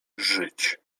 żyć